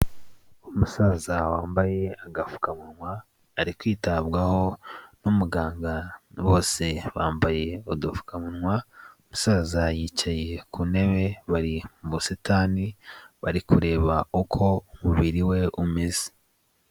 Umusaza wambaye agapfukamunwa, ari kwitabwaho n'umuganga, bose bambaye udupfukamunwa, umusaza yicaye ku ntebe, bari mu busitani, bari kureba uko umubiri we umeze.